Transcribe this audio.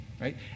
Right